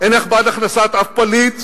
אינך בעד הכנסת אף פליט?